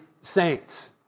saints